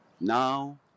now